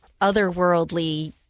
otherworldly